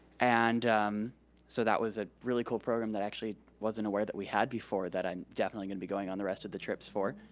and so that was a really cool program that, actually, wasn't aware that we had before that i'm definitely gonna be going on the rest of the trips for.